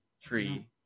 tree